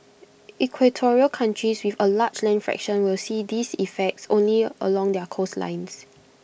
equatorial countries with A large land fraction will see these effects only along their coastlines